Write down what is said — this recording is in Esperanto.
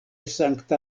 sankta